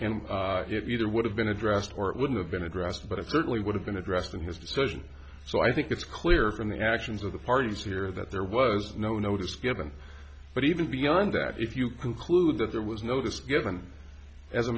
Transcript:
and either would have been addressed or it wouldn't have been addressed but it certainly would have been addressed in his decision so i think it's clear from the actions of the parties here that there was no notice given but even beyond that if you conclude that there was notice given as a